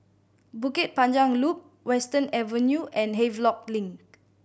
Bukit Panjang Loop Western Avenue and Havelock Link